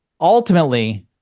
Ultimately